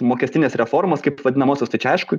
mokestinės reformos kaip vadinamosios tai čia aišku